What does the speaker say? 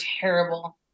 terrible